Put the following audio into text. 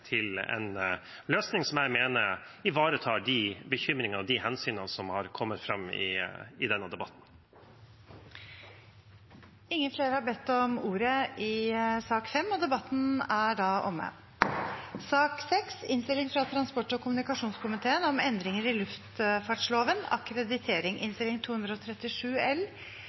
til en løsning som jeg mener tar høyde for de bekymringene og ivaretar de hensynene som er kommet fram i denne debatten. Flere har ikke bedt om ordet til sak nr. 5. Etter ønske fra transport- og kommunikasjonskomiteen vil presidenten ordne debatten slik: 3 minutter til hver partigruppe og